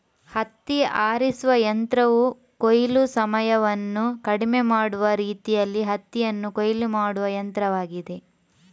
ಹತ್ತಿ ಆರಿಸುವ ಯಂತ್ರವು ಕೊಯ್ಲು ಸಮಯವನ್ನು ಕಡಿಮೆ ಮಾಡುವ ರೀತಿಯಲ್ಲಿ ಹತ್ತಿಯನ್ನು ಕೊಯ್ಲು ಮಾಡುವ ಯಂತ್ರವಾಗಿದೆ